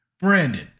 Brandon